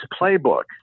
playbook